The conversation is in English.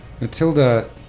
Matilda